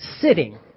sitting